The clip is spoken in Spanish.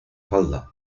falda